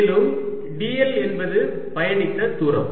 மேலும் dl என்பது பயணித்த தூரம்